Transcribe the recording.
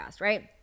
right